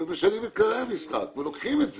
משנים את כללי המשחק ולוקחים את זה.